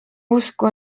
usku